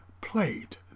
played